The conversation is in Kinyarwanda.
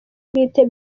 bwite